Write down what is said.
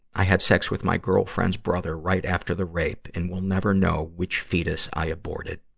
i had sex with my girlfriend's brother, right after the rape, and will never know which fetus i aborted.